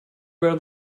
wear